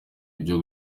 ibyo